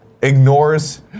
ignores